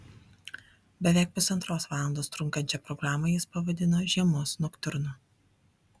beveik pusantros valandos trunkančią programą jis pavadino žiemos noktiurnu